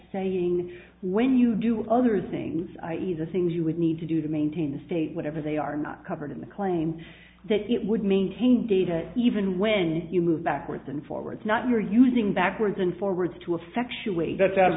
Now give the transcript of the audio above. saying when you do other things easier things you would need to do to maintain the state whatever they are not covered in the claim that it would maintain data even when you move backwards and forwards not you're using backwards and forwards to a